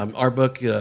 um our book yeah